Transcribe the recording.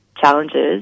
challenges